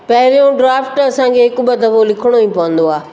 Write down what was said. पहिरियों ड्राफ्ट असांखे हिकु ॿ दफ़ो लिखिणो ई पवंदो आहे